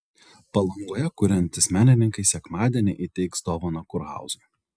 palangoje kuriantys menininkai sekmadienį įteiks dovaną kurhauzui